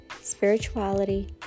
spirituality